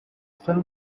film